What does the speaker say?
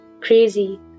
crazy